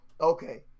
Okay